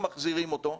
מחזירים אותו,